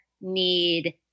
need